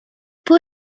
pur